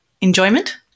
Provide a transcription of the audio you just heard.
enjoyment